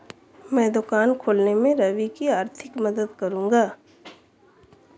मैं दुकान खोलने में रवि की आर्थिक मदद करूंगा